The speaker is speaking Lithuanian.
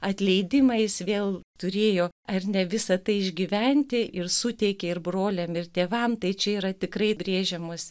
atleidimą jis vėl turėjo ar ne visa tai išgyventi ir suteikė ir broliam ir tėvam tai čia yra tikrai brėžiamos